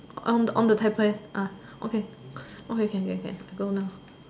on on on the table uh okay okay can can can go now